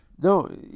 No